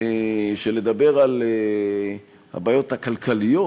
שלדבר על הבעיות הכלכליות,